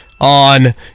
on